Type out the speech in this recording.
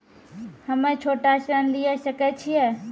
हम्मे छोटा ऋण लिये सकय छियै?